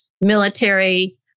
military